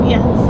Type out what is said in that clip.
Yes